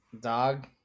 Dog